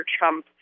Trump